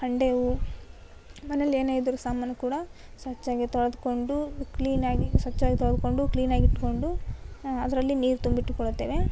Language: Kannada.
ಹಂಡೇ ಮನೇಲಿ ಏನೆ ಇದ್ದರು ಸಾಮಾನು ಕೂಡ ಸ್ವಚ್ಛವಾಗಿ ತೊಳೆದ್ಕೊಂಡು ಕ್ಲೀನಾಗಿ ಸ್ವಚ್ಛವಾಗಿ ತೊಳಕೊಂಡು ಕ್ವೀನಾಗಿ ಇಟ್ಟುಕೊಂಡು ಅದರಲ್ಲಿ ನೀರು ತುಂಬಿಟ್ಟುಕೊಳ್ಳುತ್ತೇವೆ